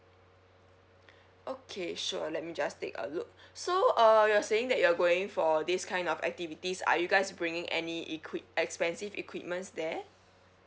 okay sure let me just take a look so uh you're saying that you're going for this kind of activities are you guys bringing any equip expensive equipment there